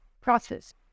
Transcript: process